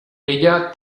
ella